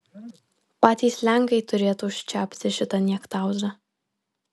patys lenkai turėtų užčiaupti šitą niektauzą